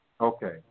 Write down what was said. Okay